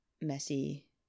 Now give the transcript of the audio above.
messy